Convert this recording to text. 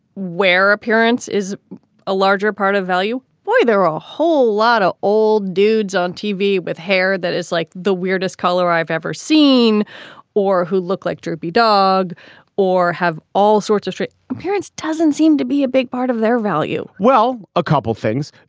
where appearance is a larger part of value boy, there are a whole lot of old dudes on tv with hair that is like the weirdest color i've ever seen or who look like droopy dog or have all sorts of straight parents doesn't seem to be a big part of their value well, a couple things.